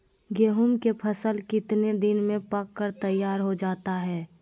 गेंहू के फसल कितने दिन में पक कर तैयार हो जाता है